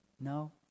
No